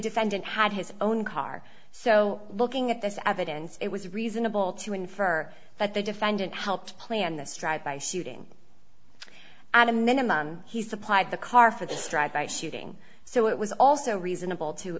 defendant had his own car so looking at this evidence it was reasonable to infer that the defendant helped plan this drive by shooting at a minimum he supplied the car for this drive by shooting so it was also reasonable to